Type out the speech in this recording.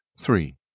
three